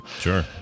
sure